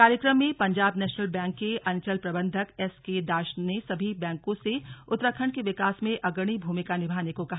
कार्यक्रम में Punjab National Bank के अंचल प्रबंधक एसके दाश ने सभी बैंकों से उत्तराखंड के विकास में अग्रणी भूमिका निभाने को कहा